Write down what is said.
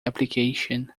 application